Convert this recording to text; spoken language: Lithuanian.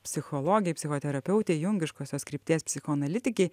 psichologei psichoterapeutei jungiškosios krypties psichoanalitikei